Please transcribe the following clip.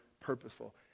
purposeful